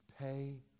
pay